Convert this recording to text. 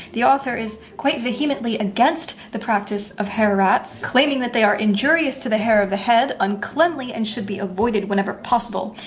the author is quite vehemently against the practice of hair rats, claiming that they are injurious to the hair of the head, uncleanly, and should be avoided whenever possible.